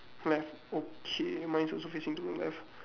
left okay mine's also facing to the left